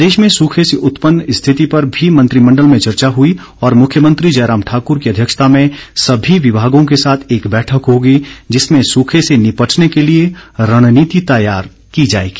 प्रदेश में सूखे से उत्पन्न स्थिति पर भी मंत्रिमण्डल में चर्चा हुई और मुख्यमंत्री जयराम ठाकुर की अध्यक्षता में सभी विभागों को साथ एक बैठक होगी जिसमें सूखे से निपटने के लिए रणनीति तैयार की जाएगी